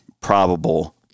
probable